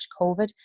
COVID